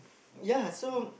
ya so